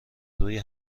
روی